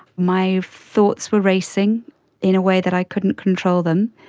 my thoughts were racing in a way that i couldn't control them.